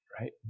Right